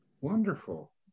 Wonderful